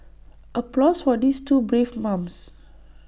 applause for these two brave mums